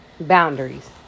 Boundaries